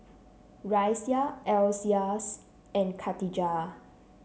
Raisya Elyas and Khatijah